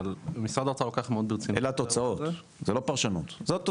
אבל משרד האוצר לוקח מאוד ברצינות את האירוע הזה.